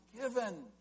given